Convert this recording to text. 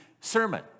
sermon